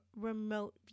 remote